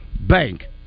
Bank